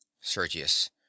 Sergius